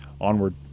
Onward